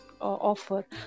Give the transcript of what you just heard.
offer